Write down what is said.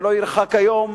שלא ירחק היום